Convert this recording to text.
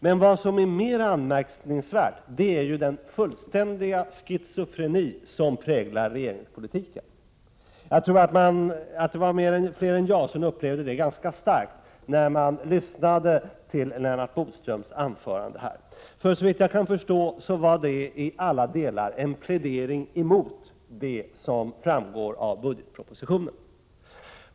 Men vad som är mer anmärkningsvärt är den fullständiga schizofreni som präglar regeringspolitiken. Jag tror att det var fler än jag som upplevde det ganska starkt när vi lyssnade till Lennart Bodströms anförande. Såvitt jag kan förstå var Lennart Bodströms anförande i alla delar en plädering mot det som framgår av budgetpropositionen.